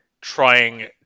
trying